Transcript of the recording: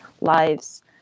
lives